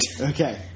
okay